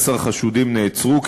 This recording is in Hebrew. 11 חשודים נעצרו,